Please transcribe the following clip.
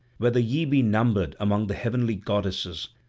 whether ye be numbered among the heavenly goddesses,